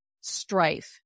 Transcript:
strife